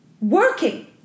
working